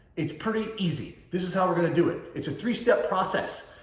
it's pretty easy. this is how we're going to do it. it's a three step process.